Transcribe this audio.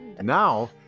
Now